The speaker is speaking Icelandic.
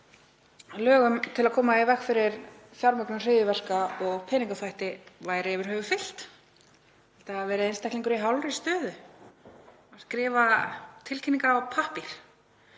lögum til að koma í veg fyrir fjármögnun hryðjuverka og peningaþvætti væri yfir höfuð fylgt. Ég held að það hafi verið einstaklingur í hálfri stöðu að skrifa tilkynningar á pappír